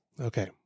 Okay